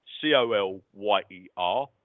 C-O-L-Y-E-R